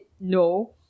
no